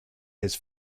his